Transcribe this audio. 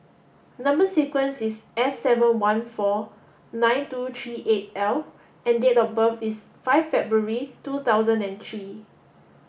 number sequence is S seven one four nine two three eight L and date of birth is five February two thousand and three